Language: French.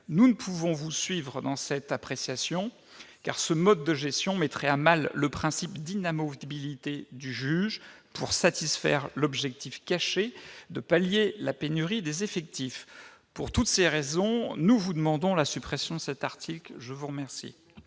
Nous ne pouvons vous suivre dans cette appréciation, car ce mode de gestion mettrait à mal le principe d'inamovibilité du juge pour satisfaire l'objectif caché de pallier la pénurie des effectifs. Pour toutes ces raisons, nous demandons la suppression de l'article 10. La parole